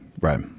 right